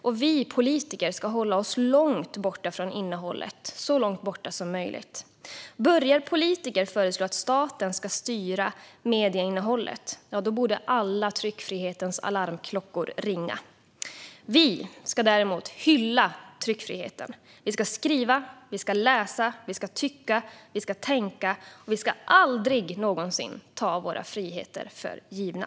Och vi politiker ska hålla oss så långt borta från innehållet som möjligt. Om politiker börjar föreslå att staten ska styra medieinnehållet borde alla tryckfrihetens alarmklockor ringa. Vi ska däremot hylla tryckfriheten. Vi ska skriva, vi ska läsa, vi ska tycka, vi ska tänka och vi ska aldrig någonsin ta våra friheter för givna.